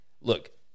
Look